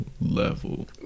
level